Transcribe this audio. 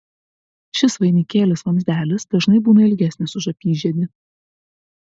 šis vainikėlis vamzdelis dažnai būna ilgesnis už apyžiedį